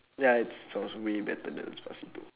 ya it sounds way better than despacito